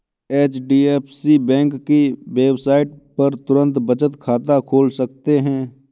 HDFC bank के website पर तुरंत बचत खाता खोल सकते है